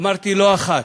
אמרתי לא אחת,